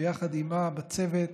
ויחד עימה בצוות